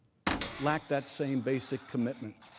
like that same basic commitment.